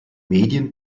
medien